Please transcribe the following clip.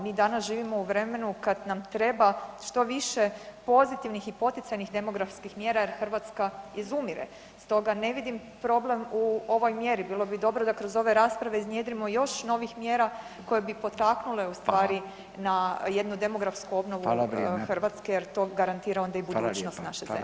Mi danas živimo u vremenu kad nam treba što više pozitivnih i poticajnih demografskih mjera jer Hrvatska izumire, stoga ne vidim problem u ovoj mjeri, bilo bi dobro da kroz ove rasprave iznjedrimo još novih mjera koje bi potaknule ustvari na jednu demografsku obnovu Hrvatske jer to garantira onda i budućnost naše zemlje.